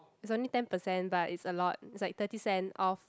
it's only ten percent but it's a lot it's like thirty cent off